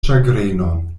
ĉagrenon